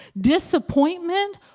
Disappointment